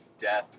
death